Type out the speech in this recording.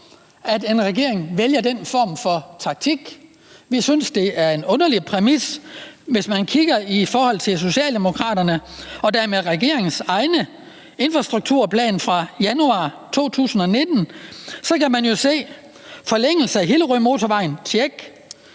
at en regering vælger den form for taktik. Vi synes, det er en underlig præmis. Hvis man kigger i Socialdemokratiets og dermed regeringens egen infrastrukturplan fra januar 2019, kan man jo se, at der er sat flueben ved